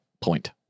point